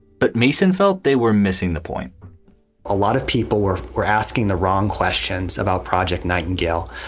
but mason felt they were missing the point a lot of people were were asking the wrong questions about project nightingale.